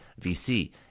VC